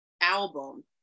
album